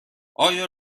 آیا